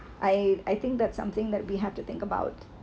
I I think that's something that we have to think about